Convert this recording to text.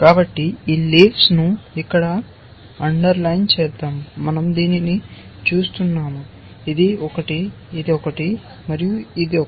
కాబట్టి ఈ లీవ్స్ను ఇక్కడ అండర్లైన్ చేద్దాం మనం దీనిని చూస్తున్నాము ఇది ఒకటి ఇది ఒకటి మరియు ఇది కూడా